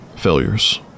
failures